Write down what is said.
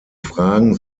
fragen